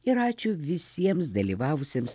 ir ačiū visiems dalyvavusiems